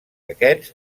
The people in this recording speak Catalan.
aquests